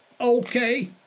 Okay